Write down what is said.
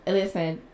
Listen